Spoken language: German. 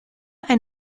ein